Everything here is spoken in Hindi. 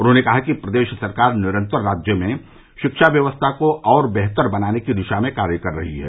उन्होंने कहा कि प्रदेश सरकार निरन्तर राज्य में शिक्षा व्यवस्था को और बेहतर बनाने की दिशा में कार्य कर रही है